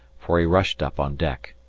for he rushed up on deck.